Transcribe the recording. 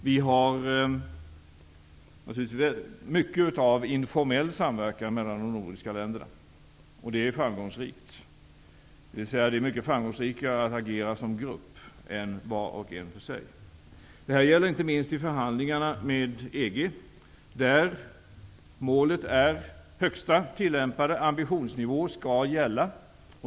Vi har mycket av informellt samverkan mellan de nordiska länderna, och det är framgångsrikt. Det är mycket mer framgångsrikt att agera som grupp än var och en för sig. Detta gäller inte minst i förhandlingarna med EG. Där är målet att högsta tillämpade ambitionsnivå skall gälla.